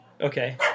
Okay